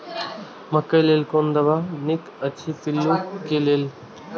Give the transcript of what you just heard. मकैय लेल कोन दवा निक अछि पिल्लू क लेल?